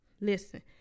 Listen